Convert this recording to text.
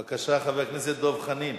בבקשה, חבר הכנסת דב חנין,